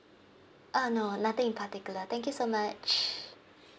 err no nothing in particular thank you so much